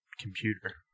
computer